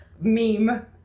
meme